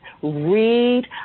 read